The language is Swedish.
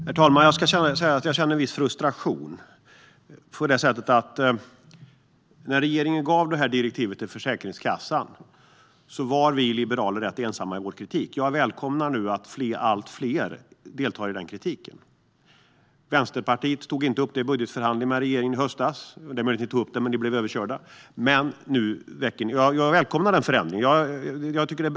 Herr talman! Jag känner en viss frustration. När regeringen gav det här direktivet till Försäkringskassan var vi liberaler rätt ensamma i vår kritik. Jag välkomnar nu att allt fler instämmer i den kritiken. Vänsterpartiet tog inte upp detta i budgetförhandlingen med regeringen i höstas, eller så tog ni möjligen upp det och blev överkörda. Nu välkomnar jag den förändring som skett. Det är bra av Vänsterpartiet.